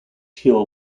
hill